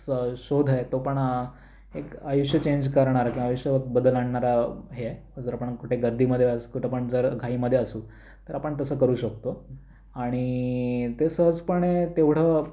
स शोध आहे तो पण एक आयुष्य चेंज करणारा किंवा आयुष्यात बदल आणणारा हे आहे जर आपण कुठे गर्दीमध्ये अस कुठं पण जर घाईमध्ये असू तर आपण तसं करू शकतो आणि ते सहजपणे तेवढं